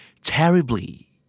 Terribly